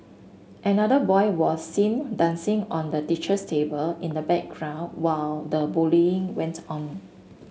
another boy was seen dancing on the teacher's table in the background while the bullying went on